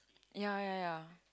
ya ya ya